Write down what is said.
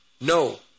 No